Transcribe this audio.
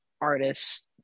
artists